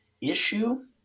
issue